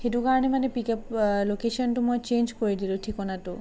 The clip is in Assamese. সেইটো কাৰণে মানে পিক আপ লোকেশ্যনটো মই চেঞ্জ কৰি দিলোঁ ঠিকনাটো